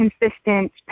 consistent